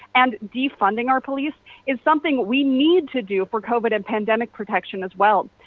and defunding our police is something we need to do for covid and pandemic protection as well.